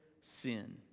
sin